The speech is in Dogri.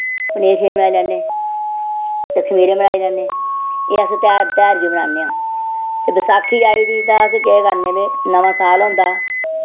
पनीर शनीर बनाई लैन्ने ते खमीरे बनाई लैने एह् अस तेहार तेहार गी बनान्ने आं ते बसाखी आई उठी तां अस केह् करने भी नमां साल होंदा